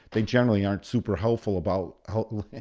they generally aren't super helpful about helpful,